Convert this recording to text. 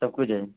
سب کچھ ہے